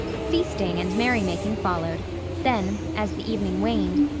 feasting and merry-making followed then, as the evening waned,